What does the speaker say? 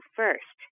first